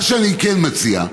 מה שאני כן מציע,